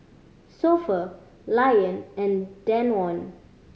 So Pho Lion and Danone